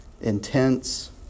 intense